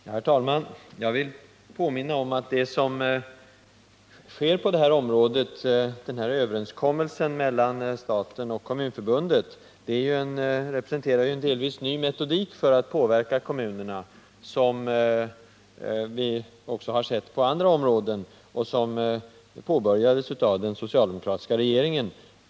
Herr talman! Jag vill påminna om att den här överenskommelsen mellan staten och Kommunförbundet representerar en delvis ny metodik för att påverka kommunerna, som vi också har sett på andra områden, och som påbörjades av den socialdemokratiska regeringen.